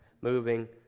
moving